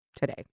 today